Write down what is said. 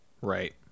Right